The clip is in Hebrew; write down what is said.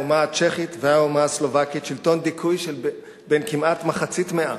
האומה הצ'כית והאומה הסלובקית שלטון דיכוי בן כמעט מחצית מאה,